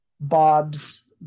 Bob's